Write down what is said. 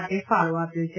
માટે ફાળો આપ્યો છે